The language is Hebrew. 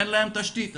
אין להם תשתית,